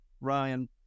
Ryan